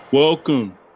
Welcome